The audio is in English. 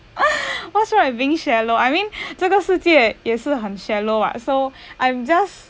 what's wrong being shallow I mean 这个世界也是很 shallow what so I'm just